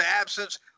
absence